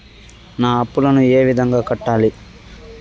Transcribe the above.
నా అప్పులను ఏ విధంగా కట్టాలి?